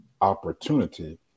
opportunity